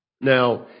Now